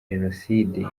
jenoside